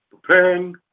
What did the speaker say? preparing